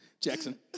Jackson